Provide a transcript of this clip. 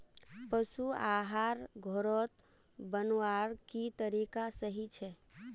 पशु आहार घोरोत बनवार की तरीका सही छे?